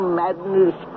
madness